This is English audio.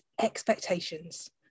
expectations